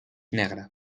negra